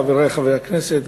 חברי חברי הכנסת,